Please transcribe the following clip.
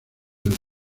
del